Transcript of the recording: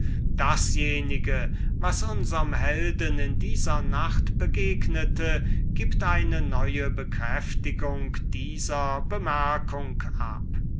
dasjenige was unserm helden in dieser nacht begegnete gibt mir neue bekräftigung dieser beobachtung ab